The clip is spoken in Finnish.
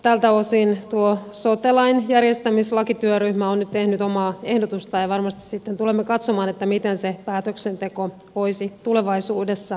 tältä osin tuo sote järjestämislakityöryhmä on nyt tehnyt omaa ehdotustaan ja varmasti sitten tulemme katsomaan miten se päätöksenteko voisi tulevaisuudessa mennä